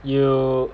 you